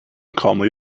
calmly